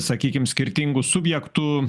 sakykim skirtingų subjektų